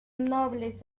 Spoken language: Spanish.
nobles